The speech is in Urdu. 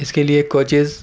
اس کے لیے کوچیز